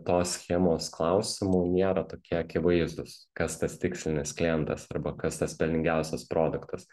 tos schemos klausimų niera tokie akivaizdūs kas tas tikslinis klientas arba kas tas pelningiausias produktas